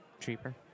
Cheaper